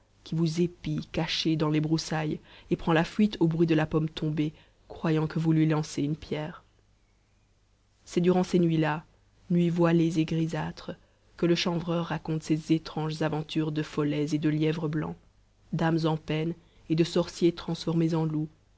qui vous épie caché dans les broussailles et prend la fuite au bruit de la pomme tombée croyant que vous lui lancez une pierre c'est durant ces nuits là nuits voilées et grisâtres que le chanvreur raconte ses étranges aventures de follets et de lièvres blancs d'âmes en peine et de sorciers transformés en loups